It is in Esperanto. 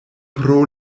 pro